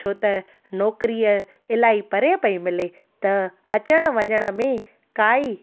छो त नौकिरी इलाही परे पई मिले त अचणु वञण में काई